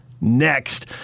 next